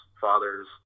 fathers